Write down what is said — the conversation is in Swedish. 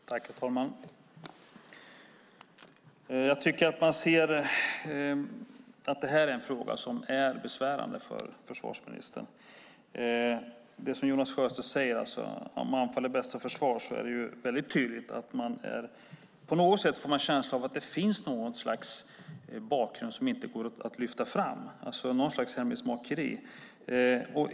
Herr talman! Jag tycker att man ser att detta är en fråga som är besvärande för försvarsministern. Det är som Jonas Sjöstedt säger: Anfall är bästa försvar. Man får på sätt och vis en känsla av att det finns något slags bakgrund som inte går att lyfta fram - något slags hemlighetsmakeri.